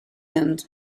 end